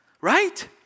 right